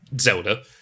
Zelda